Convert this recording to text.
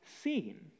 seen